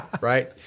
right